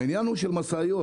העניין הוא של משאיות